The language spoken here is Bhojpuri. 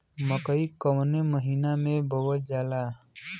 मकई कवने महीना में बोवल जाला?